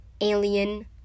alien